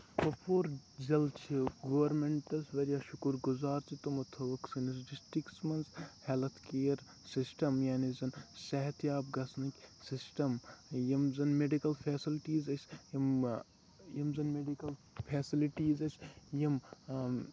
کۄپور ضلعہٕ چھُ گورمیٚنٹَس واریاہ شُکُر گُزار زِ تِمو تھوُکھ سٲنِس ڈِسٹرٛکس منٛز ہیٚلٔتھ کِیر سِسٹم یانے زَن صحت یاب گژھنٕکۍ سِسٹم یِم زَن میڈِکٕل فیسلٹیٖز ٲسۍ یمہٕ یِم زَن میڈِکل فیسَلٹیٖز ٲسۍ یِم آ